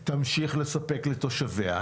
תמשיך לספק לתושביה.